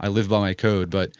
i live by my code. but